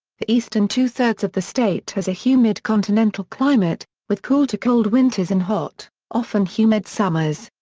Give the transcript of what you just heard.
the eastern two-thirds of the state has a humid continental climate, with cool to cold winters and hot, often humid summers.